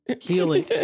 Healing